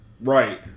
Right